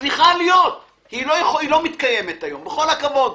צריכה להיות, היא לא מתקיימת היום, בכל הכבוד.